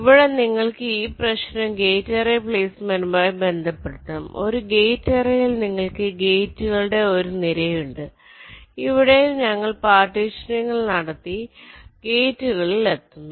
ഇവിടെ നിങ്ങൾക്ക് ഈ പ്രശ്നം ഗേറ്റ് അറേ പ്ലെയ്സ്മെന്റുമായി ബന്ധപ്പെടുത്താം ഒരു ഗേറ്റ് അറേയിൽ നിങ്ങൾക്ക് ഗേറ്റുകളുടെ ഒരു നിരയുണ്ട് ഇവിടെയും ഞങ്ങൾ പാർട്ടീഷനിംഗ് നടത്തി ഗേറ്റുകളിൽ എത്തുന്നു